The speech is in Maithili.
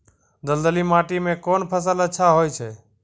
दलदली माटी म कोन फसल अच्छा होय छै?